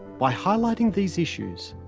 by highlighting these issues,